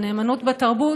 הנאמנות בתרבות,